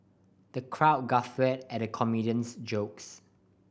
the crowd guffawed at the comedian's jokes